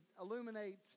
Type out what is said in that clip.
illuminate